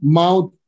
mouth